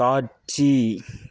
காட்சி